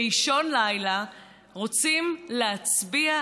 באישון לילה, רוצים להצביע.